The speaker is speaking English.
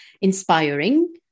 inspiring